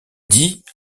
dit